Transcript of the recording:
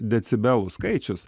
decibelų skaičius